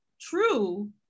true